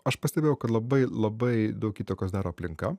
aš pastebėjau kad labai labai daug įtakos daro aplinka